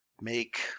make